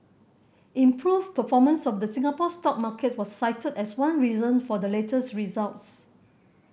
improved performance of the Singapore stock market was cited as one reason for the latest results